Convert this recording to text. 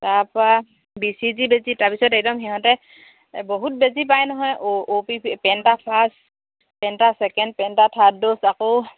তাৰপৰা B C G বেজী তাৰপিছত একদম সিহঁতে বহুত বেজী পায় নহয় অ' O P penta first penta second penta third dose আকৌ